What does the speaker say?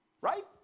right